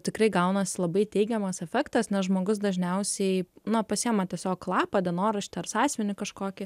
tikrai gaunasi labai teigiamas efektas nes žmogus dažniausiai na pasiema tiesiog lapą dienoraštį ar sąsiuvinį kažkokį